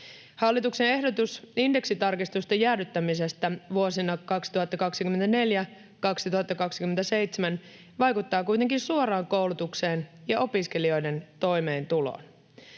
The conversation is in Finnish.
Hallituksen ehdotus indeksitarkistusten jäädyttämisestä vuosina 2024—2027 vaikuttaa kuitenkin suoraan koulutukseen ja opiskelijoiden toimeentuloon.